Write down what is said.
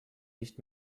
nicht